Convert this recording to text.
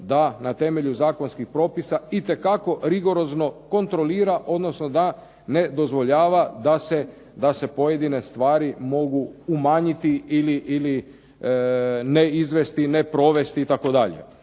da na temelju zakonskih propisa itekako rigorozno kontrolira, odnosno da ne dozvoljava da se pojedine stvari mogu umanjiti ili ne izvesti, ne provesti itd.